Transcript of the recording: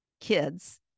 kids